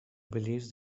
believes